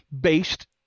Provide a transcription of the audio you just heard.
based